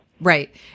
Right